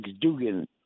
Dugan